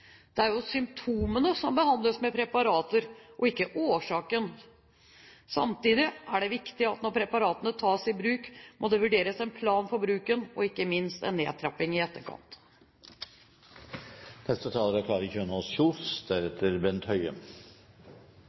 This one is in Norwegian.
Det er jo symptomene som behandles med preparater og ikke årsaken til symptomene. Samtidig er det viktig at når preparatene tas i bruk, må det vurderes en plan for bruken og ikke minst for en nedtrapping i